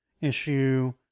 issue